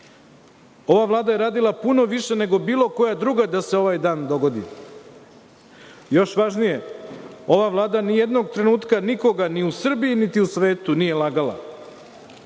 Ova Vlada je radila puno više nego bilo koja druga da se ovaj dan dogodi. Još važnije, ova Vlada nijednog trenutka nikoga, ni u Srbiji, niti u svetu, nije lagala.